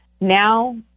now